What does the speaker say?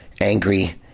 angry